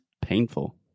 painful